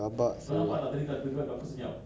rabak seh